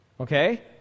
Okay